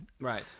Right